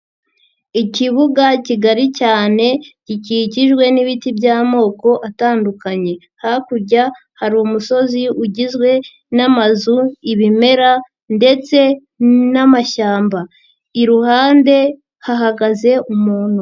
Ikibuga kigari cyane gikikijwe n'ibiti by'amoko atandukanye, hakurya hari umusozi ugizwe n'amazu, ibimera ndetse n'amashyamba, iruhande hahagaze umuntu.